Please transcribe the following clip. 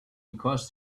because